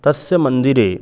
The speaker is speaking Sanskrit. तस्य मन्दिरे